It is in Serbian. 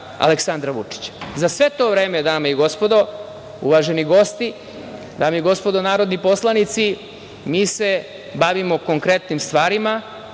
Aleksandra Vučića.Za sve to vreme, dame i gospodo uvaženi gosti, dame i gospodo narodni poslanici, mi se bavimo konkretnim stvarima,